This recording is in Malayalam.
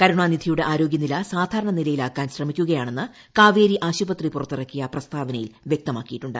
കരുണാനിധിയുടെ ആരോഗ്യനില സാധാരണ നിലയിൽ ആക്കാൻ ശ്രമിക്കുകയാണെന്ന് കാവേരി ആശുപത്രി പുറത്തിറക്കിയ പ്രസ്താവനയിൽ വ്യക്തമാക്കിയിട്ടുണ്ട്